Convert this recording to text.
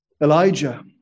Elijah